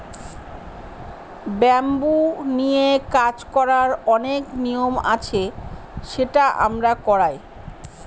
bamboo নিয়ে কাজ করার অনেক নিয়ম আছে সেটা আমরা করায়